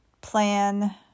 plan